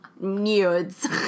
Nudes